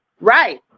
Right